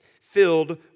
filled